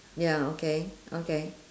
ya okay okay